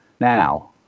now